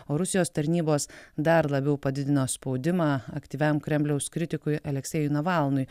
o rusijos tarnybos dar labiau padidino spaudimą aktyviam kremliaus kritikui aleksejui navalnui